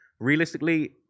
realistically